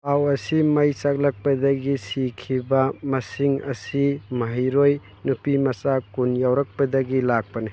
ꯄꯥꯎ ꯑꯁꯤ ꯃꯩ ꯆꯥꯛꯂꯛꯄꯗꯒꯤ ꯁꯤꯈꯤꯕ ꯃꯁꯤꯡ ꯑꯁꯤ ꯃꯍꯩꯔꯣꯏ ꯅꯨꯄꯤꯃꯆꯥ ꯀꯨꯟ ꯌꯥꯎꯔꯛꯄꯗꯒꯤ ꯂꯥꯛꯄꯅꯤ